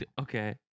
Okay